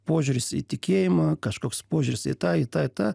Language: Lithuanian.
požiūris į tikėjimą kažkoks požiūris į tą į tą į tą